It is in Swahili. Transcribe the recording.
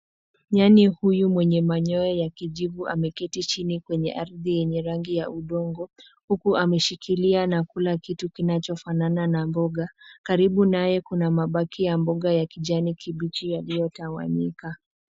Nyani huyu mwenye manyoya ya kijivu ameketi chini kwenye ardhi ya rangi ya udongo, huku ameshikilia na kula kitu kinachofanana na mboga. Karibu naye kuna mabaki ya mboga ya kijani kibichi yaliyotawanyika.